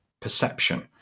perception